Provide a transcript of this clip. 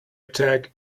attack